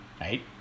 right